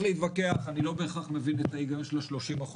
אני לא בהכרח מבין את ההיגיון של ה-30%,